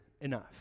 enough